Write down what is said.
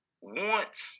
want –